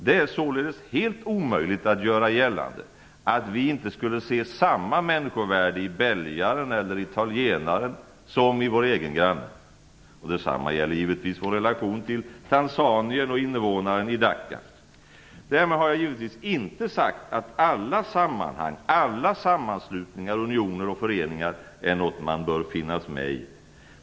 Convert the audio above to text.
Det är således helt omöjligt att göra gällande att vi inte skulle se samma människovärde i belgaren eller italienaren som i vår egen granne. Detsamma gäller givetvis vår relation till tanzaniern och innevånaren i Dhaka. Därmed har jag givetvis inte sagt att alla sammanhang, alla sammanslutningar, unioner och föreningar är något som man bör finnas med i.